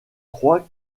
croit